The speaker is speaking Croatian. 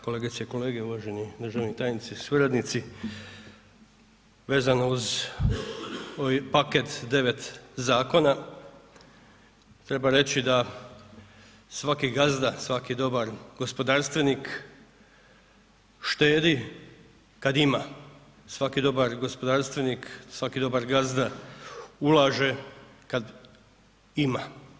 Kolegice i kolege, uvaženi državni tajnici, suradnici, vezano uz ovi paket 9 zakona treba reći da svaki gazda, svaki dobar gospodarstvenik štedi kad ima, svaki dobar gospodarstvenik, svaki dobar gazda ulaže kad ima.